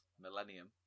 Millennium